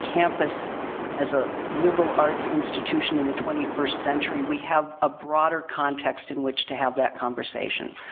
campus as a liberal arts institution in the twenty first century. we have a broader context in which to have that conversation.